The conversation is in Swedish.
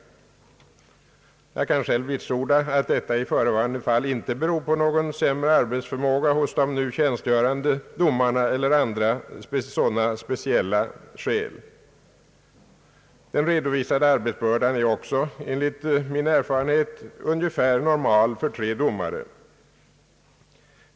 Jag kan själv vitsorda att detta i förvarande fall inte beror på någon sämre arbetsförmåga hos de nu tjänstgörande domarna eller andra sådana speciella skäl. Den redovisade arbetsbördan är också enligt min erfarenhet ungefär normal för tre domare.